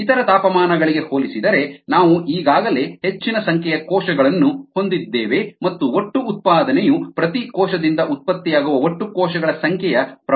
ಇತರ ತಾಪಮಾನಗಳಿಗೆ ಹೋಲಿಸಿದರೆ ನಾವು ಈಗಾಗಲೇ ಹೆಚ್ಚಿನ ಸಂಖ್ಯೆಯ ಕೋಶಗಳನ್ನು ಹೊಂದಿದ್ದೇವೆ ಮತ್ತು ಒಟ್ಟು ಉತ್ಪಾದನೆಯು ಪ್ರತಿ ಕೋಶದಿಂದ ಉತ್ಪತ್ತಿಯಾಗುವ ಒಟ್ಟು ಕೋಶಗಳ ಸಂಖ್ಯೆಯ ಪ್ರಮಾಣವಾಗಿದೆ